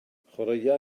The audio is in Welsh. chwaraea